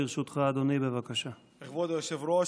לך, גברתי.